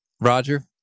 Roger